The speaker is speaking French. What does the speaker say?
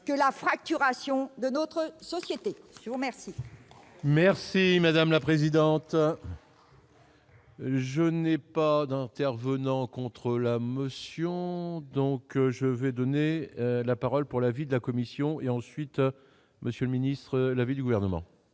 que la fracturation de notre société, merci. Merci madame la présidente. Je n'ai pas d'intervenants contre la monsieur donc je vais donner la parole pour l'avis de la Commission et ensuite monsieur le ministre, l'avis du gouvernement,